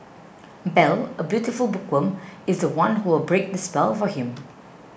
Belle a beautiful bookworm is the one who will break the spell for him